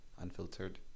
unfiltered